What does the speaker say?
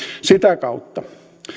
sitä kautta